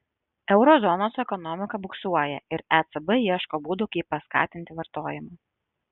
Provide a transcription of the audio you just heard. euro zonos ekonomika buksuoja ir ecb ieško būdų kaip paskatinti vartojimą